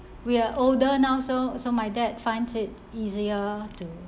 we are older now so so my dad finds it easier to